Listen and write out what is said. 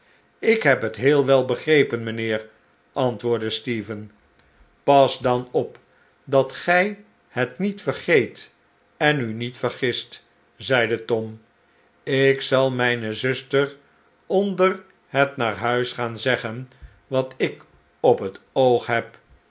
ik heb het heel wel begrepen mijnheer antwoordde stephen pas dan op dat gij het niet vergeet en u niet vergist zeide tom ik zal mijne zuster onder het naar huis gaan zeggen wat ik op het oog heb